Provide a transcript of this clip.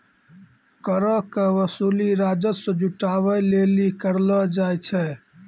करो के वसूली राजस्व जुटाबै लेली करलो जाय छै